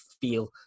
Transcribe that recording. feel